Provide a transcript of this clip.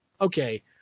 okay